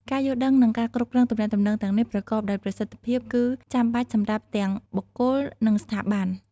ការយល់ដឹង និងការគ្រប់គ្រងទំនាក់ទំនងទាំងនេះប្រកបដោយប្រសិទ្ធភាពគឺចាំបាច់សម្រាប់ទាំងបុគ្គល និងស្ថាប័ន។